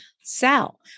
sell